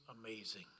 amazing